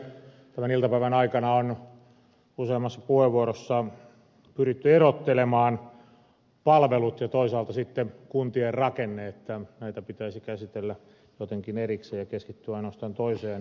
tämän iltapäivän aikana on useammassa puheenvuorossa pyritty erottelemaan palvelut ja toisaalta sitten kuntien rakenne että näitä pitäisi käsitellä jotenkin erikseen ja keskittyä ainoastaan toiseen